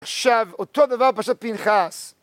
עכשיו אותו דבר פשוט פינחס